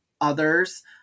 others